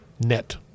net